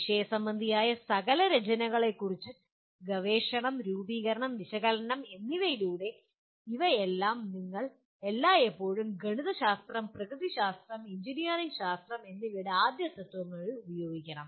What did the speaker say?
വിഷയസംബന്ധിയായ സകല രചനകളെക്കുറിച്ച് ഗവേഷണം രൂപീകരണം വിശകലനം എന്നിവയിലൂടെ ഇവയെല്ലാം നിങ്ങൾ എല്ലായ്പ്പോഴും ഗണിതശാസ്ത്രം പ്രകൃതി ശാസ്ത്രം എഞ്ചിനീയറിംഗ് ശാസ്ത്രം എന്നിവയുടെ ആദ്യ തത്ത്വങ്ങൾ ഉപയോഗിക്കണം